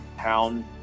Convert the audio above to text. town